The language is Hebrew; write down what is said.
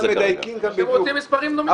אם רוצים מספרים נומינליים.